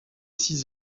six